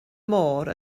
môr